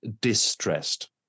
distressed